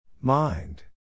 Mind